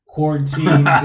Quarantine